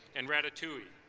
and ratatouille.